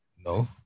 No